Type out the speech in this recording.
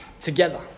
together